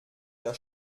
der